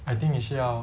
I think 你是要